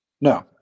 No